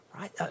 right